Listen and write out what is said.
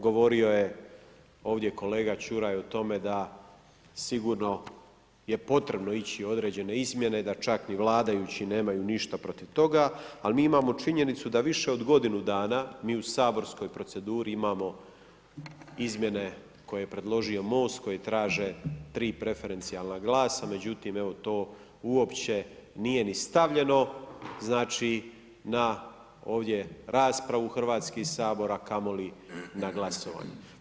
Govorio je ovdje kolega Čuraj o tome da sigurno je potrebno ići u određene izmjene, da čak ni vladajući nemaju ništa protiv toga, ali mi imamo činjenicu da više od godinu dana mi u saborskoj proceduri imamo izmjene koje je predložio MOST koje traže tri preferencijalna glasa, međutim evo to uopće nije ni stavljeno znači na ovdje raspravu u Hrvatski sabor a kamoli na glasovanje.